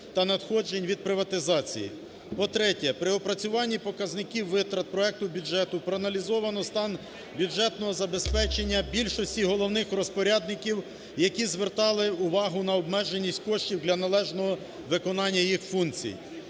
та надходжень від приватизації. По-третє, при опрацюванні показників витрат проекту бюджету проаналізовано стан бюджетного забезпечення більшості головних розпорядників, які звертали увагу на обмеженість коштів для належного виконання їх функцій.